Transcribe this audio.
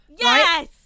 Yes